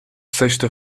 sexta